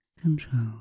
control